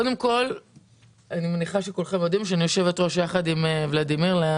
מניחה שכולכם יודעים שיחד עם ולדימיר אני